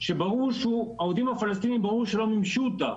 שברור שהעובדים הפלסטינים ברור שלא מימשו אותו.